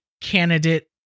candidate